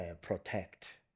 protect